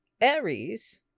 Aries